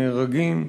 נהרגים.